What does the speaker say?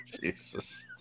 Jesus